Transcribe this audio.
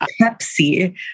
pepsi